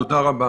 תודה רבה.